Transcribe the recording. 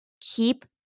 keep